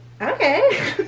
okay